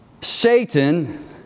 Satan